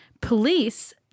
Police